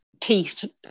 teeth